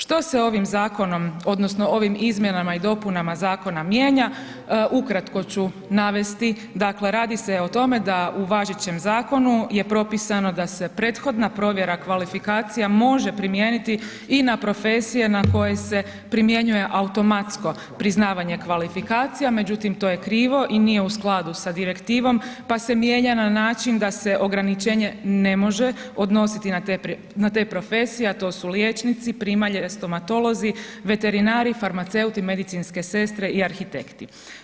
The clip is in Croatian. Što se ovim zakonom odnosno ovim izmjenama i dopunama zakona mijenja, ukratko ću navesti, dakle, radi se o tome da u važećem zakonu je propisano da se prethodna provjera kvalifikacija može primijeniti i na profesije na koje se primjenjuje automatsko priznavanje kvalifikacija, međutim, to je krivo i nije u skladu sa direktivom, pa se mijenja na način da se ograničenje ne može odnositi na te profesije, a to su liječnici, primalje, stomatolozi, veterinari, farmaceuti, medicinske sestre i arhitekti.